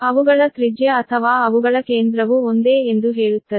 ಅವುಗಳ ತ್ರಿಜ್ಯ ಅಥವಾ ಅವುಗಳ ಕೇಂದ್ರವು ಒಂದೇ ಎಂದು ಹೇಳುತ್ತದೆ